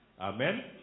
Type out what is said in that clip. Amen